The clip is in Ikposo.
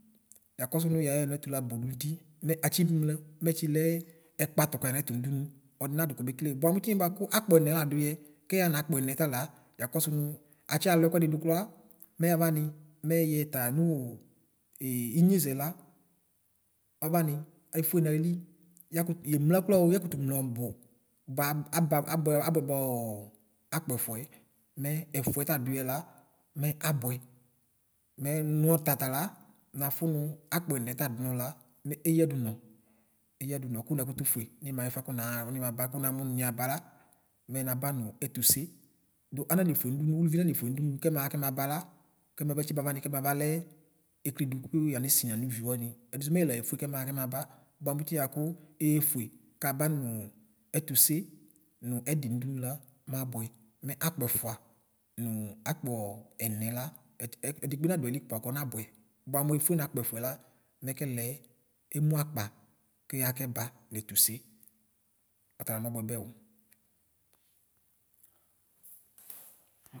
yakɔsʋ nʋ yayɔ yanɛtʋ la kpɔ nɔti mɛ atsi nʋlɛ mɛtsi lɛ ɛkpayʋ kʋ yanɛtʋ nʋdʋnʋ ɔdinadʋ kɔmekile bva mʋ itiniɛ bʋakʋ akpɔ ɛnɛ ladʋyɛ kɛyaxa nakpɔɛnɛ tala yakɔsʋ nʋ atsi alʋ ɛkʋdi dʋ klʋa mɛyavaω mɛ yɛta yanʋ inyezɛ la ɔbani eƒʋɛ nayili yakʋtʋ yemla klʋao yakʋtʋ mla ɔbʋ bʋa aba abʋɛba ɔ akpɔ ɛƒʋɛ mɛ ɛƒʋɛta dʋyɛla mɛ abʋɛ mɛ nʋ nɔtata la naƒʋ nʋ akpɔ ɛnɛ ta dʋnɔ la mɛ eyadʋnɔ eyadʋnɔ kʋ nakʋƒʋ ƒʋɛ nimaxa ɛfʋɛ kʋ nakʋtʋxa nimaba niyaba la mɛ niyabanʋ ɛfʋse dʋ ananefʋe nʋdʋnʋ ʋlʋvi nanefʋe nʋdʋnʋ kɛ maxa kɛmaba la kɛmatsi banavaω kɛmabalɛ ekli dʋ kʋ yanisi nʋ yaneviωaω ɛdisʋ mɛ yɛla yefʋe kɛmaxa kɛmabʋ bʋa kʋtʋ bvakʋ eyeƒʋe kaba dʋnʋ ɛtʋse nʋ ɛdi nʋdʋnʋ la mabʋɛ mɛ akpɛfʋa nʋ akpɔ ɛnɛla ɛdikpekple nadʋ ayili bʋakʋ ɔnabʋɛ bʋamʋ eƒʋe neekpɔ ɛƒʋɛ la mɛkɛlɛ emʋ akpa kɛxa kɛba nɛfʋse ɔtʋlo nɔbʋɛ bɛ oʋ.